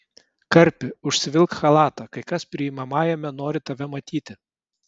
karpi užsivilk chalatą kai kas priimamajame nori tave matyti